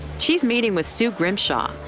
she's meeting with sue grimshaw,